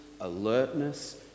alertness